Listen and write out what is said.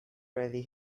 really